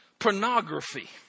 Pornography